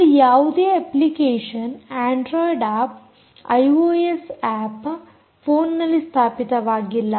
ಅಲ್ಲಿ ಯಾವುದೇ application Android app iOS app phone ನಲ್ಲಿ ಸ್ಥಾಪಿತವಾಗಿಲ್ಲ